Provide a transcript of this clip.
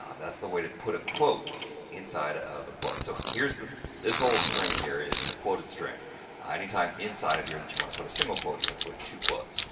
um that's the way to put a quote inside of a quote. so, here's this this whole string here is a quoted string anytime inside of here that you want to put a single quote you have to put two quotes.